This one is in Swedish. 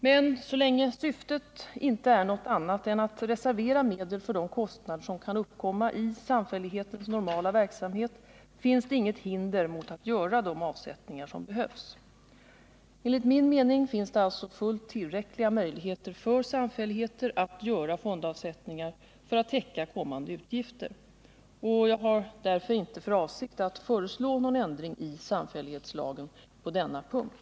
Men så länge syftet inte är något annat än att reservera medel för de kostnader som kan uppkomma i samfällighetens normala verksamhet finns det inget hinder mot att göra de avsättningar som behövs. Enligt min mening finns det alltså fullt tillräckliga möjligheter för samfälligheter att göra fondavsättningar för att täcka kommande utgifter. Jag har därför inte för avsikt att föreslå någon ändring i samfällighetslagen på denna punkt.